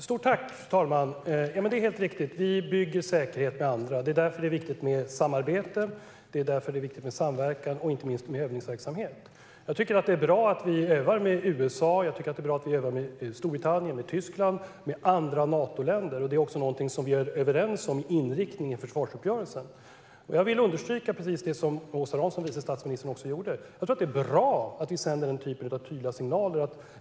Fru talman! Det är helt riktigt; vi bygger säkerhet med andra. Det är därför det är viktigt med samarbete, och det är därför det är viktigt med samverkan och inte minst med övningsverksamhet. Jag tycker att det är bra att vi övar med USA. Jag tycker att det är bra att vi övar med Storbritannien, med Tyskland och med andra Natoländer. Det är också någonting som vi är överens om i inriktningen i försvarsuppgörelsen. Jag vill understryka precis det som vice statsminister Åsa Romson sa: Det är bra att vi sänder denna typ av tydliga signaler.